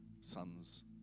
sons